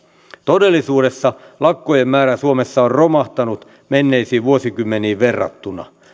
todellisuudessa lakkojen määrä suomessa on romahtanut menneisiin vuosikymmeniin verrattuna